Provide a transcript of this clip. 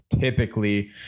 typically